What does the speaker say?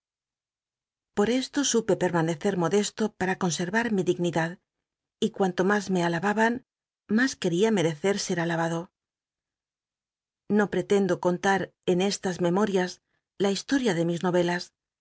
c esto supe permanecer modesto para conservar mi dignidad y cuanto mas me alababan mas ctucria meccc ser alabado o pretendo contar en estas memorias la historia de mis no